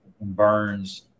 burns